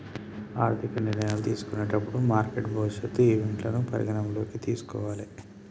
ఆర్థిక నిర్ణయాలు తీసుకునేటప్పుడు మార్కెట్ భవిష్యత్ ఈవెంట్లను పరిగణనలోకి తీసుకోవాలే